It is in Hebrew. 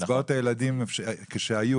קצבאות הילדים כשהיו,